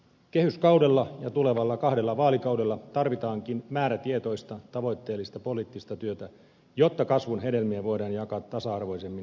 kehyskaudella ja tulevalla kahdella vaalikaudella tarvitaankin määrätietoista tavoitteellista poliittista työtä jotta kasvun hedelmiä voidaan jakaa tasa arvoisemmin kaikille kansalai sille